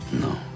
No